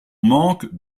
manque